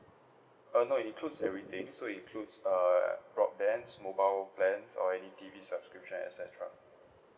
uh no includes everything so includes uh broadbands mobile plans or any T_V subscription et cetera